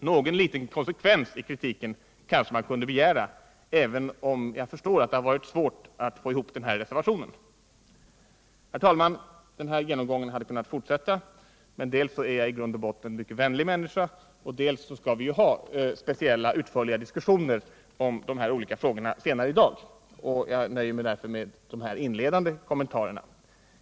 Någon liten konsekvens i kritiken kanske man kunde begära, även om det har varit svårt för socialdemokraterna att få ihop den här reservationen. Herr talman! Den här genomgången hade kunnat fortsätta, men dels är jag i grund och botten en mycket vänlig människa och dels skall vi ju ha speciella utförliga diskussioner om dessa frågor senare i dag. Jag nöjer mig därför med dessa inledande kommentarer.